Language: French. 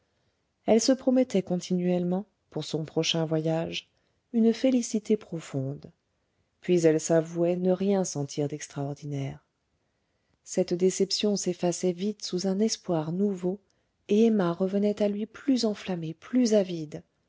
elle se promettait continuellement pour son prochain voyage une félicité profonde puis elle s'avouait ne rien sentir d'extraordinaire cette déception s'effaçait vite sous un espoir nouveau et emma revenait à lui plus enflammée plus avide